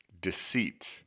deceit